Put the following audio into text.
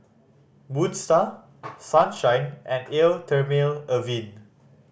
Moon Star Sunshine and Eau Thermale Avene